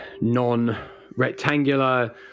non-rectangular